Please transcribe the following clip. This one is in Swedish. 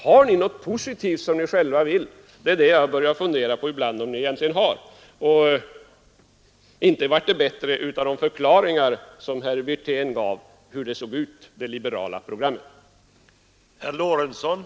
Har ni något positivt som ni själva vill? Jag har börjat fundera på om ni egentligen har det. Herr Wirténs förklaringar gav inte någon bättre bild av hur det liberala programmet ser ut.